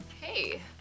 Hey